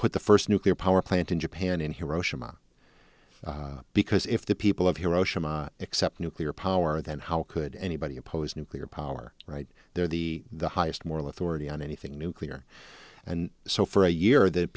put the first nuclear power plant in japan in hiroshima because if the people of hiroshima except nuclear power then how could anybody oppose nuclear power right there the highest moral authority on anything nuclear and so for a year th